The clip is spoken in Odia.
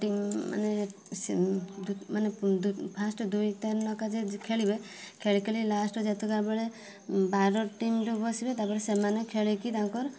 ଟିମ୍ ମାନେ ସେ ଦୁ ମାନେ ଦୁ ଫାଷ୍ଟ୍ ଦୁଇ ତାର ନକାଯାଇ ଯେ ଖେଳିବେ ଖେଳି ଖେଳି ଲାଷ୍ଟ୍ ଯେତିକା ବେଳେ ବାର ଟିମ୍ ରୁ ବସିବେ ତାପରେ ସେମାନେ ଖେଳିକି ତାଙ୍କର